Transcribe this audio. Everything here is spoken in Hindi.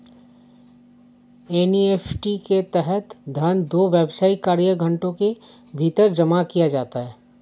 एन.ई.एफ.टी के तहत धन दो व्यावसायिक कार्य घंटों के भीतर जमा किया जाता है